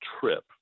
trip